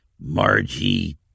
Margie